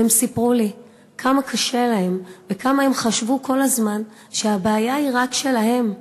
והם סיפרו לי כמה קשה להם וכמה הם חשבו כל הזמן שהבעיה היא רק שלהם,